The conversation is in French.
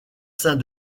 saint